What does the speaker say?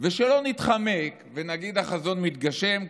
ושלא נתחמק ונגיד: החזון מתגשם,